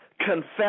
Confess